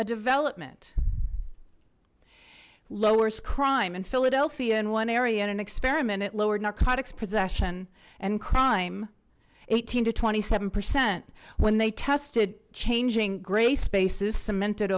a development lowers crime in philadelphia in one area in an experiment at lower narcotics possession and crime eighteen to twenty seven percent when they tested changing gray spaces cemented